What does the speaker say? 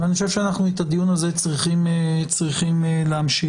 ואני חושב שאנחנו צריכים להמשיך את הדיון הזה.